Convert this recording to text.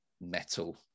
metal